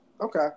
Okay